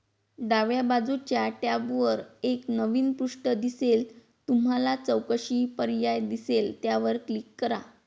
डाव्या बाजूच्या टॅबवर एक नवीन पृष्ठ दिसेल तुम्हाला चौकशी पर्याय दिसेल त्यावर क्लिक करा